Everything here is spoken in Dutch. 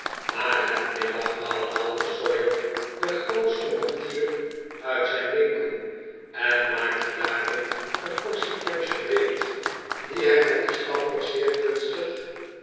na het middagmaal haalde sawyer den grootsten mortier uit zijn winkel en maakte daarin een portie punch gereed die hij met den stamper zeer kunstig